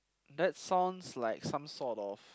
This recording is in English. that sounds like some sort of